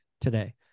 today